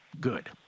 Good